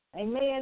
Amen